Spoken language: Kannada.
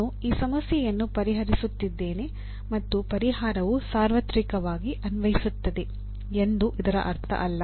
ನಾನು ಈ ಸಮಸ್ಯೆಯನ್ನು ಪರಿಹರಿಸುತ್ತಿದ್ದೇನೆ ಮತ್ತು ಪರಿಹಾರವು ಸಾರ್ವತ್ರಿಕವಾಗಿ ಅನ್ವಯಿಸುತ್ತದೆ ಎಂದು ಇದರ ಅರ್ಥ ಅಲ್ಲ